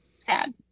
sad